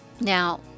now